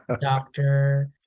doctor